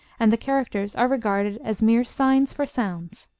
and the characters are regarded as mere signs for sounds.